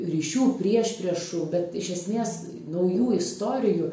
ryšių priešpriešų bet iš esmės naujų istorijų